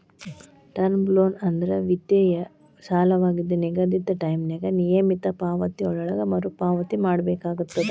term loan ಅಂದ್ರ ವಿತ್ತೇಯ ಸಾಲವಾಗಿದ್ದ ನಿಗದಿತ ಟೈಂನ್ಯಾಗ ನಿಯಮಿತ ಪಾವತಿಗಳೊಳಗ ಮರುಪಾವತಿ ಮಾಡಬೇಕಾಗತ್ತ